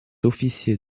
officier